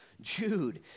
Jude